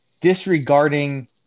disregarding